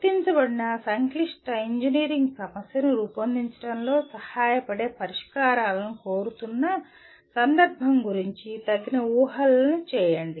గుర్తించబడిన సంక్లిష్ట ఇంజనీరింగ్ సమస్యను రూపొందించడంలో సహాయపడే పరిష్కారాలను కోరుతున్న సందర్భం గురించి తగిన ఊహలను చేయండి